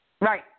Right